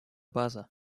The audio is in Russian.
база